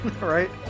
Right